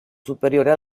superiore